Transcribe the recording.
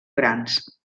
grans